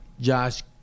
Josh